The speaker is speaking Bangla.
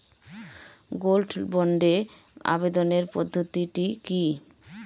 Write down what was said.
গোল্ড বন্ডে আবেদনের পদ্ধতিটি কি?